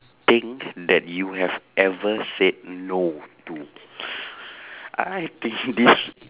thing that you have ever said no to I think this